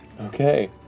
Okay